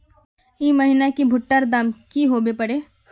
ई महीना की भुट्टा र दाम की होबे परे?